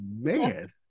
Man